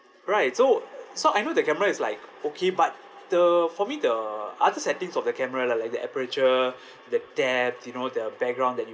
right so so I know the camera is like okay but the for me the other settings of the camera lah like the aperture the depth you know the background that you